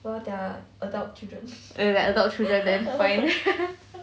well their adult children